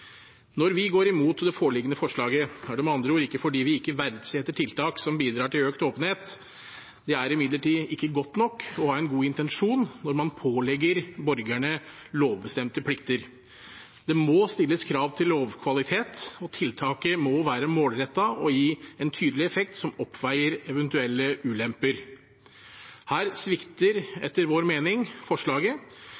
Når vi går imot det foreliggende forslaget, er det med andre ord ikke fordi vi ikke verdsetter tiltak som bidrar til økt åpenhet. Det er imidlertid ikke godt nok å ha en god intensjon når man pålegger borgerne lovbestemte plikter. Det må stilles krav til lovkvalitet, og tiltaket må være målrettet og gi en tydelig effekt som oppveier eventuelle ulemper. Her svikter